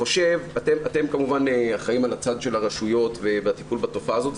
אתם כמובן אחראיים על הצד של הרשויות והטיפול בתופעה הזאת,